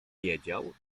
wiedział